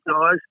guys